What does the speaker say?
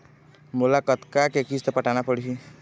मोला कतका के किस्त पटाना पड़ही?